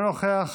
אינו נוכח.